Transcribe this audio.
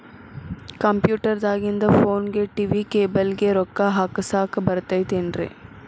Computer ದಾಗಿಂದ್ ಫೋನ್ಗೆ, TV cable ಗೆ, ರೊಕ್ಕಾ ಹಾಕಸಾಕ್ ಬರತೈತೇನ್ರೇ?